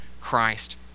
Christ